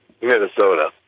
Minnesota